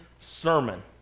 sermon